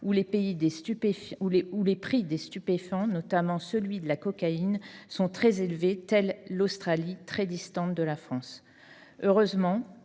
où les prix des stupéphans, notamment celui de la cocaïne, sont très élevés, tel l'Australie, très distante de la France. Heureusement,